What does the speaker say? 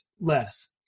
less